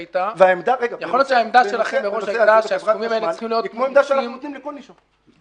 העמדה בנושא הזה של חברת החשמל היא כמו עמדה שאנחנו נותנים לכל נישום.